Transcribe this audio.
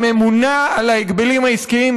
הממונה על ההגבלים העסקיים,